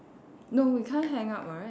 no we can't hang up right